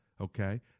okay